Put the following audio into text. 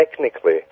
technically